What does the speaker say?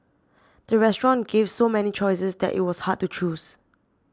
the restaurant gave so many choices that it was hard to choose